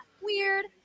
Weird